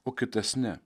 o kitas ne